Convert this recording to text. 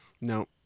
No